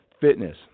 Fitness